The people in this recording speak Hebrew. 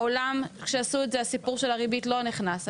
זה בעולם הסיפור של הריבית לא נכנס.